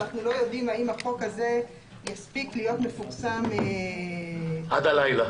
ואנחנו לא יודעים האם החוק הזה יספיק להיות מפורסם עד הלילה.